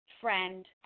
friend